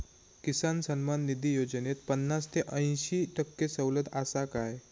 किसान सन्मान निधी योजनेत पन्नास ते अंयशी टक्के सवलत आसा काय?